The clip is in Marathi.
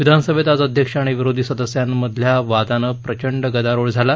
विधानसभेत आज अध्यक्ष आणि विरोधी सदस्यांमधल्या वादनं प्रचंड गदारोळ झाला